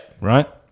Right